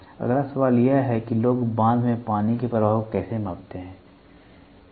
अगला सवाल यह है कि लोग बांध में पानी के प्रवाह को कैसे मापते हैं ठीक है